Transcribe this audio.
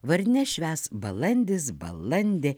vardines švęs balandis balandė